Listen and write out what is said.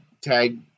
Tag